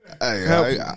Hey